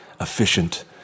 efficient